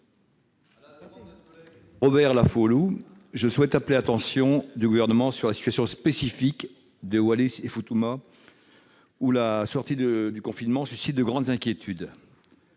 Robert Laufoaulu, je souhaite appeler attention du Gouvernement sur la situation spécifique de Wallis-et-Futuna, où la sortie du confinement suscite de grandes inquiétudes.